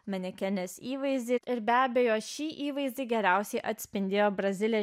manekenės įvaizdį ir be abejo šį įvaizdį geriausiai atspindėjo brazilė